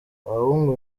abahungu